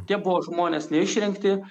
tie buvo žmonės neišrinkti